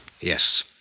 Yes